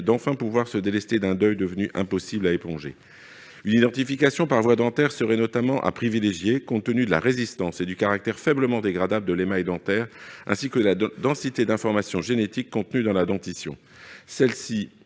enfin se délester d'un deuil devenu impossible à accomplir. Une identification par voie dentaire serait intéressante à privilégier, compte tenu de la résistance et du caractère faiblement dégradable de l'émail dentaire, ainsi que de la densité d'informations génétiques contenues dans la dentition. Elle